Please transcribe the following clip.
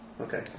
okay